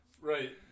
Right